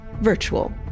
virtual